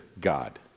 God